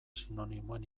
sinonimoen